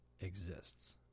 exists